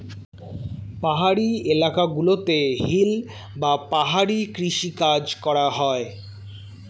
পাহাড়ি এলাকা গুলোতে হিল বা পাহাড়ি কৃষি কাজ করা হয়